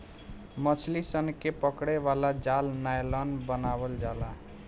मछली सन के पकड़े वाला जाल नायलॉन बनावल जाला